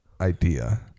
idea